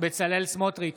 בצלאל סמוטריץ'